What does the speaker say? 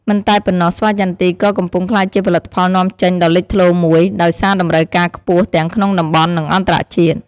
មិនតែប៉ុណ្ណោះ ស្វាយចន្ទី ក៏កំពុងក្លាយជាផលិតផលនាំចេញដ៏លេចធ្លោមូយ ដោយសារតម្រូវការខ្ពស់ទាំងក្នុងតំបន់ និងអន្តរជាតិ។